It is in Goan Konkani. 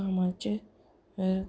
कामाचें